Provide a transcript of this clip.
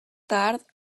tard